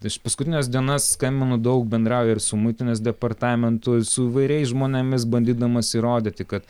aš paskutines dienas skambinu daug bendrauju ir su muitinės departamentu su įvairiais žmonėmis bandydamas įrodyti kad